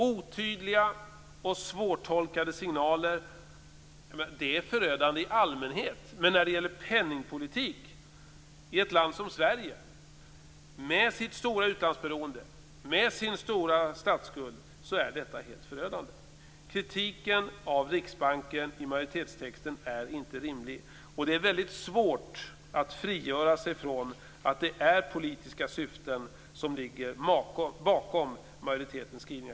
Otydliga och svårtolkade signaler är förödande i allmänhet, men när det gäller penningpolitik i ett land som Sverige med sitt stora utlandsberoende och med sin stora statsskuld är detta helt katastrofalt. Kritiken av Riksbanken i majoritetstexten är inte rimlig. Det är väldigt svårt att frigöra sig från att det är politiska syften som ligger bakom majoritetens skrivningar.